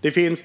Det finns